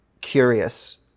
curious